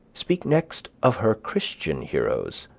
speak next of her christian heroes,